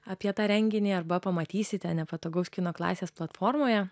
apie tą renginį arba pamatysite nepatogaus kino klasės platformoje